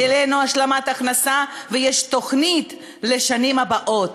העלינו השלמת הכנסה, ויש תוכנית לשנים הבאות.